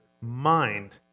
Mind